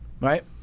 right